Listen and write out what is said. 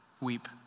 weep